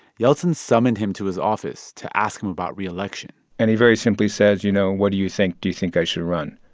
yeltsin summoned him to his office to ask him about re-election and he very simply says, you know, what do you think? do you think i should run?